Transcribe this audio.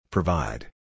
Provide